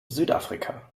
südafrika